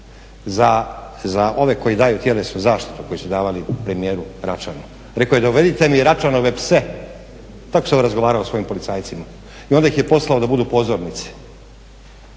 Za ove koji daju tjelesnu zaštitu koji su davali premijeru Račanu rekao je dovedite mi Račanove pse. Tako se on razgovarao sa svojim policajcima i onda ih je poslao da budu pozornici.